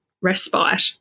respite